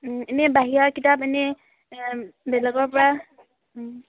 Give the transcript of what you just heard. এনেই বাহিৰা কিতাপ এনেই বেলেগৰপৰা